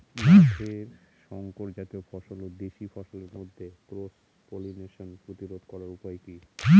মাঠের শংকর জাতীয় ফসল ও দেশি ফসলের মধ্যে ক্রস পলিনেশন প্রতিরোধ করার উপায় কি?